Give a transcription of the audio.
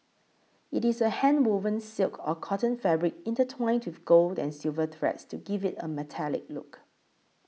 it is a handwoven silk or cotton fabric intertwined with gold and silver threads to give it a metallic look